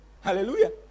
Hallelujah